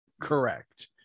Correct